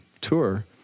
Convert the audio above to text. tour